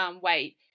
weight